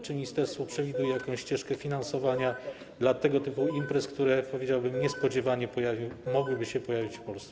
Czy ministerstwo przewiduje jakąś ścieżkę finansowania dla tego typu imprez, które, powiedziałbym, niespodziewanie mogłyby się pojawić w Polsce?